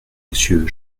monsieur